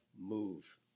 move